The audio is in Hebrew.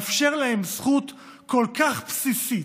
לאפשר להם זכות כל כך בסיסית: